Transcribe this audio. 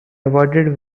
awarded